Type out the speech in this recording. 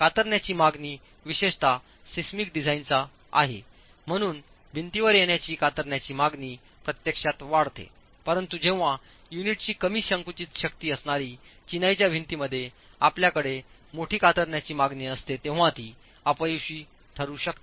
कातरण्याची मागणी विशेषतः सिस्मिक डिझाइनचा आहे म्हणून भिंतीवर येण्याची कातरण्याची मागणी प्रत्यक्षात वाढते परंतु जेव्हा युनिटची कमी संकुचित शक्ती असणारी चिनाईच्या भिंतीमध्ये आपल्याकडे मोठी कातरण्याची मागणी असते तेव्हा ती अपयशी ठरु शकते